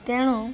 ତେଣୁ